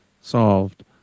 solved